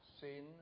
sin